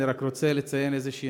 אני רק רוצה לציין נקודה כלשהי.